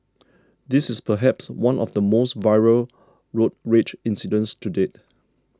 this is perhaps one of the most viral road rage incidents to date